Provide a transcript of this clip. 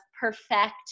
perfect